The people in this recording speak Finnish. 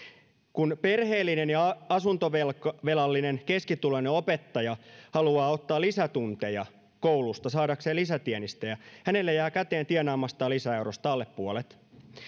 kun perheellinen ja asuntovelallinen keskituloinen opettaja haluaa ottaa lisätunteja koulusta saadakseen lisätienestejä hänelle jää käteen tienaamastaan lisäeurosta alle puolet